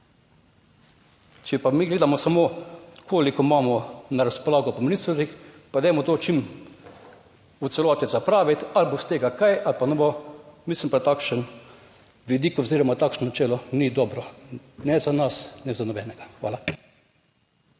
Če pa mi gledamo samo, koliko imamo na razpolago po ministrstvih pa dajmo to čim v celoti zapraviti ali bo iz tega kaj ali pa ne bo, mislim, da takšen vidik oziroma takšno načelo ni dobro ne za nas ne za nobenega. Hvala.